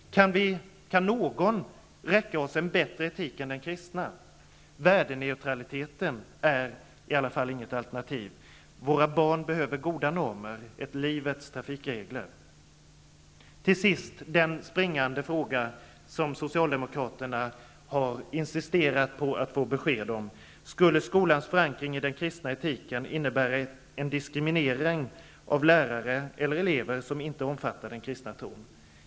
Kan någon räcka oss en bättre etik än den kristna? Värdeneutraliteten är i alla fall inget alternativ. Våra barn behöver goda normer, ett livets trafikregler. Till sist den springande punkt som Socialdemokraterna har insisterat på att få besked om: Skulle skolans förankring i den kristna etiken innebära en diskriminering av lärare eller elever som inte omfattar den kristna tron?